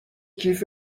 کیف